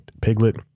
Piglet